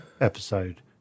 episode